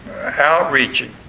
outreaching